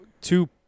two